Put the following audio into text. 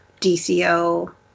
DCO